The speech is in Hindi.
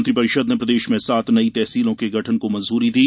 मंत्रिपरिषद ने प्रदेश में सात नई तहसीलों के गठन को मंजूरी दी